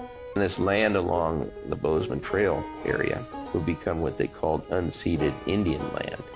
this land along the bozeman trail area would become what they call unceded indian land.